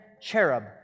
cherub